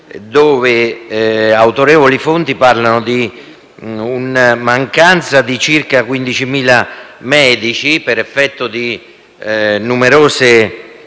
dove autorevoli fonti parlano della mancanza di circa 15.000 medici per effetto di una sorta